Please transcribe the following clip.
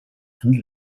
and